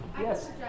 yes